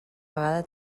vegada